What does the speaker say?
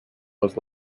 was